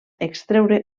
extreure